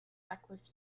reckless